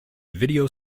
video